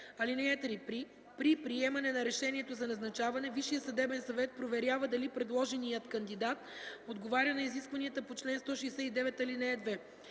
и 5: „(3) При приемане на решението за назначаване Висшият съдебен съвет проверява дали предложеният кандидат отговаря на изискванията по чл. 169, ал. 2.